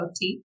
tea